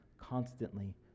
constantly